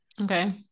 Okay